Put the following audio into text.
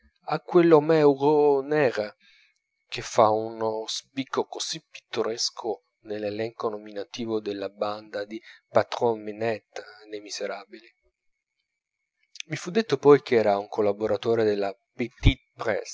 a quellhomére hogu nègre che fa uno spicco così pittoresco nell'elenco nominativo della banda di patron minette nei miserabili mi fu detto poi ch'era un collaboratore della